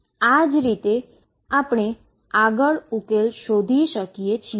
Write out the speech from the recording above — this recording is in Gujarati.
આ જ રીતે તમે આગળ ઉકેલ શોધી શકો છો